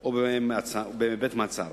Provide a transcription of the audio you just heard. או בבית-מעצר.